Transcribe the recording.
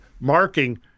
marking